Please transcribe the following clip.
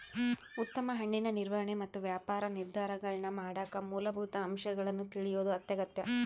ಉತ್ತಮ ಹಣ್ಣಿನ ನಿರ್ವಹಣೆ ಮತ್ತು ವ್ಯಾಪಾರ ನಿರ್ಧಾರಗಳನ್ನಮಾಡಕ ಮೂಲಭೂತ ಅಂಶಗಳನ್ನು ತಿಳಿಯೋದು ಅತ್ಯಗತ್ಯ